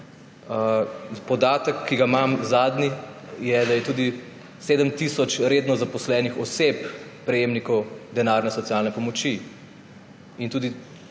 podatek, ki ga imam, je, da je tudi 7 tisoč redno zaposlenih oseb prejemnikov denarne socialne pomoči. In tudi